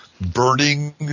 burning